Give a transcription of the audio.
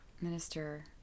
Minister